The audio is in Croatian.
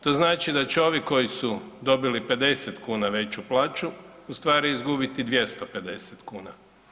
To znači da će ovi koji su dobili 50 kuna veću plaću u stvari izgubiti 250 kuna.